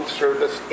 service